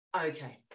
Okay